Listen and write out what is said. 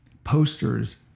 posters